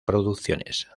producciones